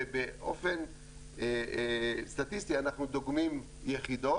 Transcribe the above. ובאופן סטטיסטי אנחנו דוגמים יחידות,